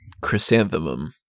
Chrysanthemum